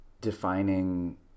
defining